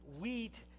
wheat